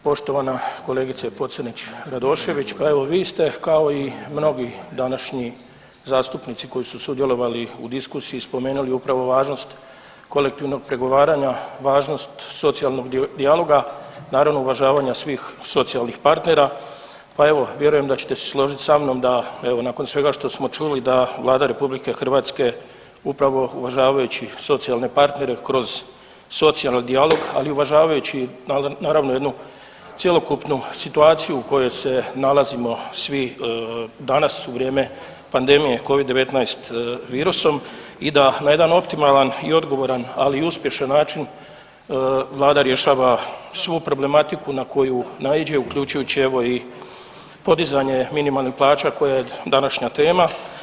Poštovana kolegice Pocrnić Radošević, pa evo vi ste kao i mnogi današnji zastupnici koji su sudjelovali u diskusiji spomenuli upravo važnost kolektivnog pregovaranja, važnost socijalnog dijaloga, naravno uvažavanja svih socijalnih partnera pa evo vjerujem da ćete se složiti sa mnom da evo nakon svega što smo čuli da Vlada RH upravo uvažavajući socijalne partnere kroz socijalni dijalog, ali i uvažavajući naravno jednu cjelokupnu situaciju u kojoj se nalazimo svi danas u vrijeme pandemije Covid-19 virusom i da na jedan optimalan i odgovoran ali i uspješan način vlada rješava svu problematiku na koju naiđe, uključujući evo i podizanje minimalnih plaća koja je današnja tema.